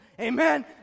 Amen